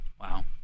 wow